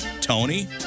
Tony